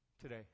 today